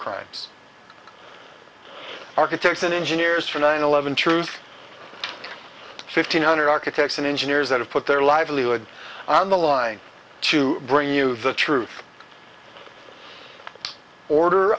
crimes architects and engineers for nine eleven truth fifteen hundred architects and engineers that have put their livelihood on the line to bring you the truth order